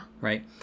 Right